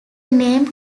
name